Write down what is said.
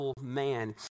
man